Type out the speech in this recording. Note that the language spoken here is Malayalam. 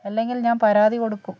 അല്ലെങ്കിൽ ഞാൻ പരാതി കൊടുക്കും